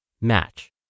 Match